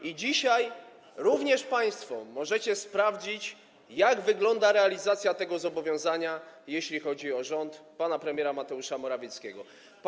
I dzisiaj również państwo możecie sprawdzić, jak wygląda realizacja tego zobowiązania, jeśli chodzi o rząd pana premiera Mateusza Morawieckiego.